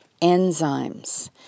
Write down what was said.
enzymes